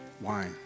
wine